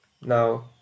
Now